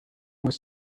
was